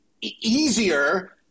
easier